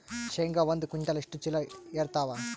ಶೇಂಗಾ ಒಂದ ಕ್ವಿಂಟಾಲ್ ಎಷ್ಟ ಚೀಲ ಎರತ್ತಾವಾ?